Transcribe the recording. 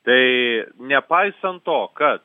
tai nepaisant to kad